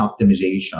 optimization